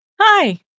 Hi